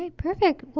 ah perfect. well,